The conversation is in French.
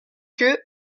queue